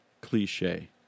cliche